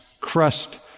crust